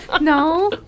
No